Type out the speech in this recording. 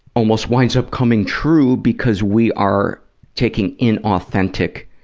almost winds up coming true because we are taking inauthentic